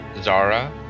Zara